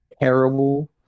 terrible